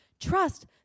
trust